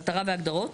מטרה והגדרות?